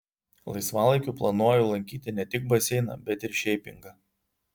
laisvalaikiu planuoju lankyti ne tik baseiną bet ir šeipingą